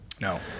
No